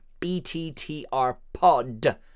BTTRpod